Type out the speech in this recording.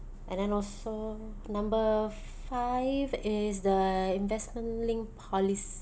and then also number five is the investment linked policies